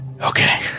Okay